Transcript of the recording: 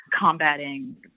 combating